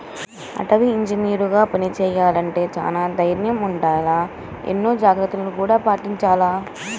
అటవీ ఇంజనీరుగా పని చెయ్యాలంటే చానా దైర్నం ఉండాల, ఎన్నో జాగర్తలను గూడా పాటించాల